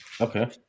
Okay